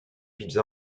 pizza